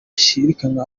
ishirahamwe